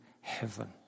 heaven